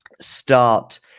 start